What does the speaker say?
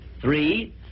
Three